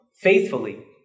faithfully